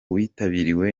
witabiriwe